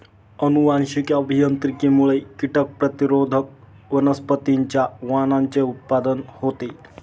अनुवांशिक अभियांत्रिकीमुळे कीटक प्रतिरोधक वनस्पतींच्या वाणांचे उत्पादन होते